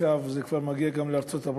עכשיו זה כבר מגיע גם לארצות-הברית,